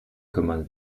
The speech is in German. kümmern